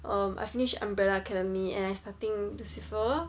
um I finish umbrella academy and I starting to lucifer